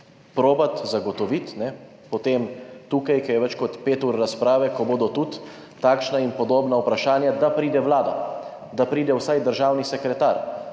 tukaj zagotoviti, ko je več kot pet ur razprave, ko bodo tudi takšna in podobna vprašanja, da pride vlada, da pride vsaj državni sekretar.